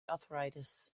arthritis